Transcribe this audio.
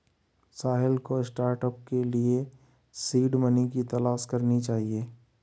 साहिल को स्टार्टअप के लिए सीड मनी की तलाश करनी चाहिए